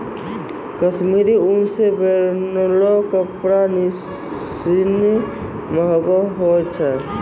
कश्मीरी उन सें बनलो कपड़ा सिनी महंगो होय छै